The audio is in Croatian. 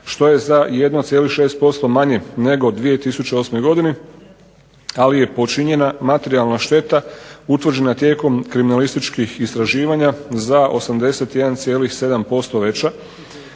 što je za 1,6% manje nego u 2008. godini ali je počinjena materijalna šteta utvrđena tijekom kriminalističkih istraživanja za 81,7% veća